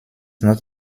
not